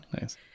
nice